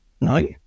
No